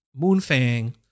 Moonfang